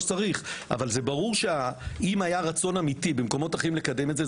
שצריך אבל זה ברור שאם היה רצון אמיתי במקומות אחרים לקדם את זה,